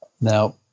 Now